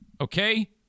okay